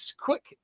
quick